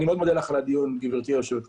אני מאוד מודה לך על הדיון, גברתי היושבת-ראש.